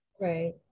Right